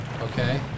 Okay